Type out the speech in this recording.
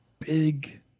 big